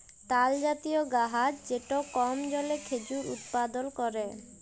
তালজাতীয় গাহাচ যেট কম জলে খেজুর উৎপাদল ক্যরে